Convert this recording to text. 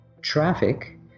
traffic